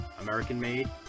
American-made